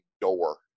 door